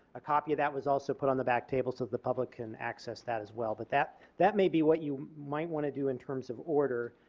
a copy of that was also put on the back table so that the public can access that as well. but that that may be what you might want to do in terms of order.